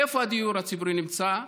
איפה הדיור הציבורי נמצא?